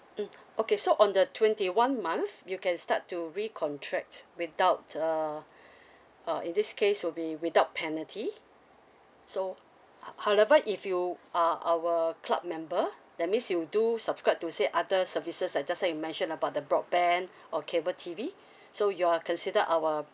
mm okay so on the twenty one month you can start to recontract without uh uh in this case will be without penalty so ho~ however if you are our club member that means you do subscribe to say other services like just now you mentioned about the broadband or cable T_V so you are consider our